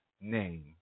name